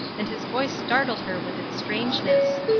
and his voice startled her with its strangeness.